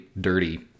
dirty